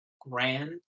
grand